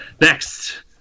Next